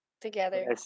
together